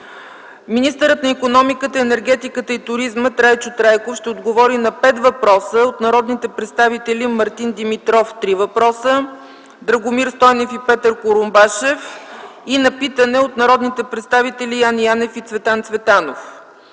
Министърът на икономиката, енергетиката и туризма Трайчо Трайков ще отговори на пет въпроса: от народните представители Мартин Димитров – три въпроса, Драгомир Стойнев и Петър Курумбашев, и на питане от народните представители Яне Янев и Цветан Цветанов.